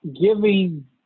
Giving